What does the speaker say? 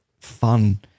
fun